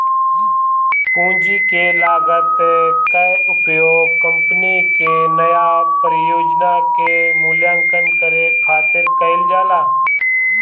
पूंजी के लागत कअ उपयोग कंपनी के नया परियोजना के मूल्यांकन करे खातिर कईल जाला